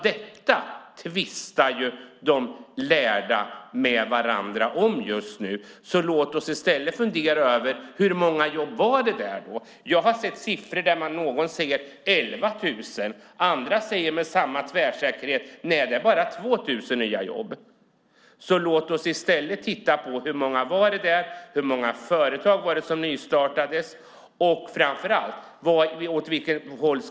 Detta tvistar de lärda med varandra om just nu. Låt oss i stället fundera över hur många jobb som detta var fråga om. Någon säger att det handlar om 11 000. Någon annan säger med samma tvärsäkerhet att det bara handlar om 2 000 nya jobb. Låt oss därför i stället titta på hur många jobb det var, hur många företag som nystartades och framför allt åt vilket håll som vi ska gå.